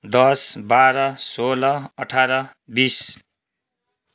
दस बाह्र सोह्र अठार बिस